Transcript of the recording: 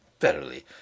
Verily